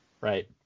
Right